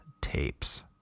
Tapes